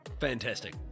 Fantastic